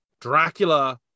dracula